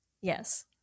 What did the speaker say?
Yes